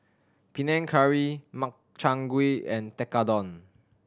Panang Curry Makchang Gui and Tekkadon